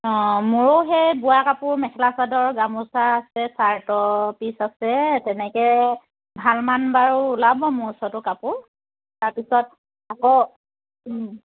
অঁ মোৰো সেই বোৱা কাপোৰ মেখেলা চাদৰ গামোচা আছে চাৰ্টৰ পিচ আছে তেনেকৈ ভালমান বাৰু ওলাব মোৰ ওচৰতো কাপোৰ তাৰপিছত আকৌ